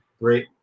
Great